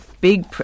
big